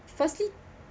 firstly